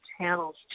channels